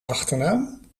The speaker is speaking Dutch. achternaam